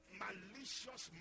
malicious